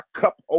cup